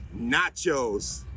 Nachos